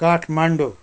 Kathmandu